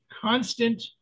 constant